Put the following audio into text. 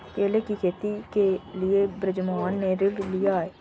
केले की खेती के लिए बृजमोहन ने ऋण लिया है